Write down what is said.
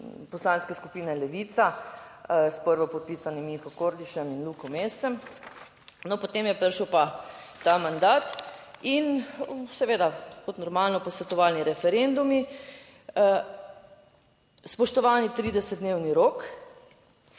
poslanske skupine Levica s prvopodpisanim Miho Kordišem in Luko Mescem. No, potem je prišel pa ta mandat in seveda kot normalno, posvetovalni referendumi, spoštovani 30-dnevni rok